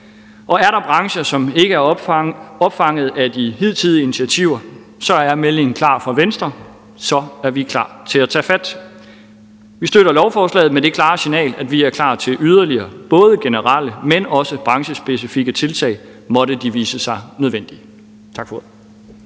og er der brancher, som ikke er opfanget af de hidtidige initiativer, er meldingen klar fra Venstre, nemlig at så er vi klar til at tage fat. Vi støtter lovforslaget med det klare signal, at vi er klar til yderligere både generelle, men også branchespecifikke tiltag, måtte de vise sig nødvendige. Tak for ordet.